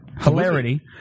hilarity